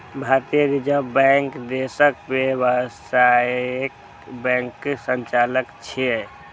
भारतीय reserve bank देशक व्यावसायिक बैंकक संचालक छियै